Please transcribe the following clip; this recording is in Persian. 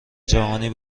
جهانی